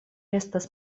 estas